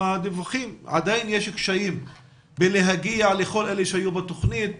עדיין יש קשיים להגיע לכל אלה שהיו בתכנית.